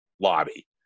lobby